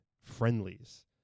friendlies